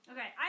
Okay